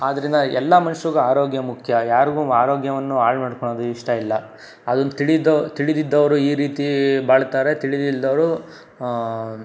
ಆದ್ದರಿಂದ ಎಲ್ಲ ಮನುಷ್ಯರಿಗು ಅರೋಗ್ಯ ಮುಖ್ಯ ಯಾರಿಗೂ ಆರೋಗ್ಯವನ್ನು ಹಾಳ್ಮಾಡ್ಕೊಳ್ಳೋದು ಇಷ್ಟ ಇಲ್ಲ ಅದನ್ನು ತಿಳಿದು ತಿಳಿದಿದ್ದವರು ಈ ರೀತಿ ಬಾಳ್ತಾರೆ ತಿಳಿದಿಲ್ದವ್ರು